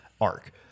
arc